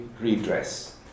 redress